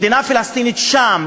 מדינה פלסטינית שם,